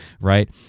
right